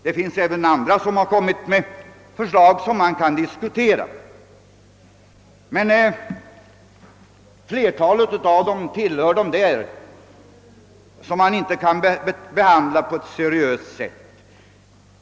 Det finns även andra som har kommit med förslag vilka man kan diskutera, men många tillhör dem som man inte kan behandla på ett seriöst sätt.